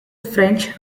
french